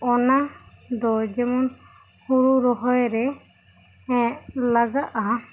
ᱚᱱᱟ ᱫᱚ ᱡᱮᱢᱚᱱ ᱦᱳᱲᱳ ᱨᱚᱦᱚᱭ ᱨᱮ ᱞᱟᱜᱟᱜᱼᱟ